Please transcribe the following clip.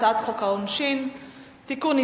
הצעת החוק העונשין (תיקון,